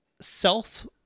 self